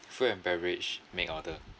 food and beverage make order